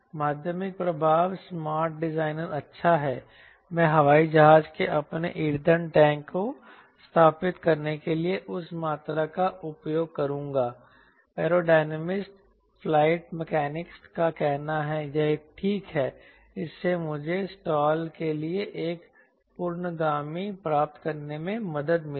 माध्यमिक प्रभाव smart designer अच्छा है मैं हवाई जहाज के अपने ईंधन टैंक को स्थापित करने के लिए उस मात्रा का उपयोग करूंगा एयरो डायनामिस्ट फ़्लाइट मैकेनिस्ट का कहना है कि यह ठीक है इससे मुझे स्टॉल के लिए एक पूर्वगामी प्राप्त करने में मदद मिलेगी